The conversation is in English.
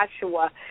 Joshua